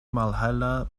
malhela